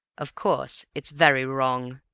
of course it's very wrong,